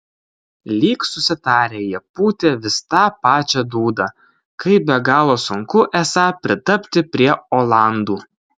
lyg susitarę jie pūtė vis tą pačią dūdą kaip be galo sunku esą pritapti prie olandų